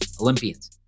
Olympians